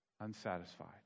unsatisfied